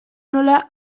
nola